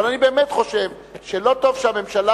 אבל אני באמת חושב שלא טוב שהממשלה,